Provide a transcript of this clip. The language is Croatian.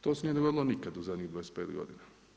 To se nije dogodilo nikada u zadnjih 25 godina.